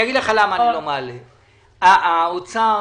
האוצר